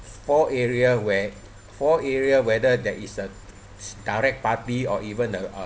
four area where four area whether there is a direct party or even a uh